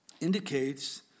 indicates